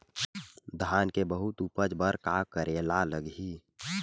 धान के बहुत उपज बर का करेला लगही?